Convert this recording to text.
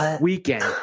weekend